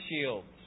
shields